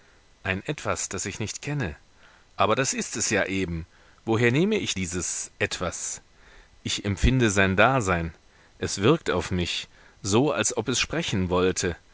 ein etwas das ich nicht kenne aber das ist es ja eben woher nehme ich dieses etwas ich empfinde sein dasein es wirkt auf mich so als ob es sprechen wollte